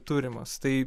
turimos tai